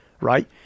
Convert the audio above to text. right